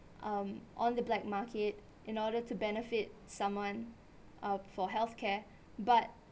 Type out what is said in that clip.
um on the black market in order to benefit someone err for health care but